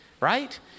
Right